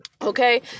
Okay